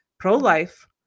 pro-life